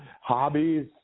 hobbies